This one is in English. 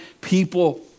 people